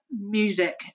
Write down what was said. music